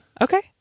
Okay